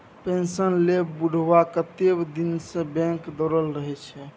pension लेल बुढ़बा कतेक दिनसँ बैंक दौर रहल छै